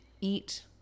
eat